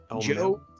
Joe